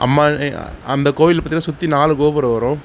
அம்மா அந்தக் கோயில் பார்த்திங்கன்னா சுற்றி நாலு கோபுரம் வரும்